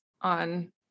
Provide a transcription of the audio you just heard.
on